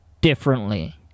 differently